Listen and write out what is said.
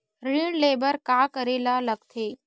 ऋण ले बर का करे ला लगथे?